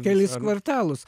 kelis kvartalus